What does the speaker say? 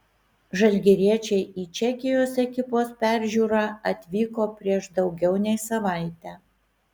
žalgiriečiai į čekijos ekipos peržiūrą atvyko prieš daugiau nei savaitę